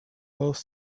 both